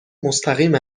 مستقیم